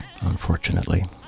unfortunately